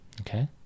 Okay